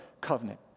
covenant